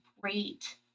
great